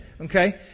Okay